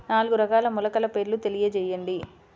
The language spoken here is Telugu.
నాలుగు రకాల మొలకల పేర్లు తెలియజేయండి?